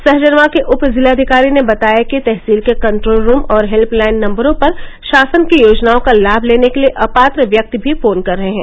सहजनवां के उप जिलाधिकारी ने बताया कि तहसील के कंट्रोल रूम और हेल्पलाइन नम्बरों पर शासन की योजनाओं का लाभ लेने के लिये अपात्र व्यक्ति भी फोन कर रहे हैं